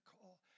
call